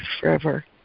forever